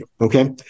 okay